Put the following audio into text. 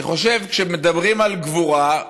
אני חושב שכשמדברים על גבורה,